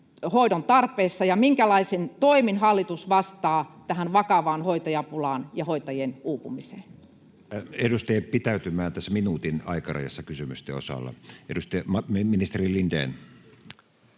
hoidon tarpeessa. Ja minkälaisin toimin hallitus vastaa tähän vakavaan hoitajapulaan ja hoitajien uupumiseen? Pyydän edustajia pitäytymään tässä minuutin aikarajassa kysymysten osalta. — Ministeri Lindén.